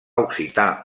occità